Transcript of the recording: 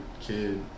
kid